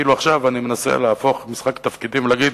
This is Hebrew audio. כאילו עכשיו אני מנסה להפוך משחק תפקידים ולהגיד: